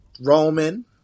Roman